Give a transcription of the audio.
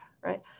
right